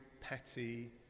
petty